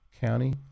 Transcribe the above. county